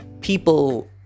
People